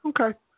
Okay